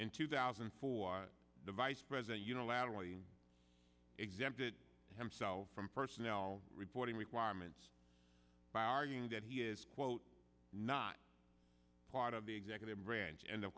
in two thousand and four the vice president unilaterally exempted himself from personnel reporting requirements by arguing that he is quote not part of the executive branch and the